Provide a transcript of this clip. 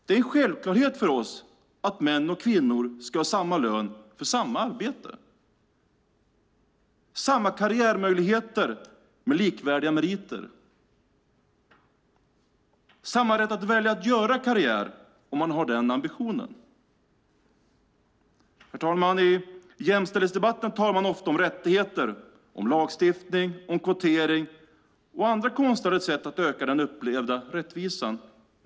Det är en självklarhet för oss att män och kvinnor ska ha samma lön för samma arbete, samma karriärmöjligheter med likvärdiga meriter, samma rätt att välja att göra karriär, om man nu har den ambitionen. Herr talman! I jämställdhetsdebatten talar man ofta om rättigheter, om lagstiftning, om kvotering och andra konstlade sätt att öka den upplevda rättvisan.